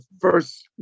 first